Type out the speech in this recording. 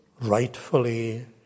rightfully